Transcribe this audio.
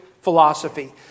philosophy